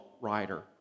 rider